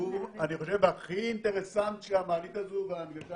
או איך שציירו אותה לאורך השנים, זה לא משנה.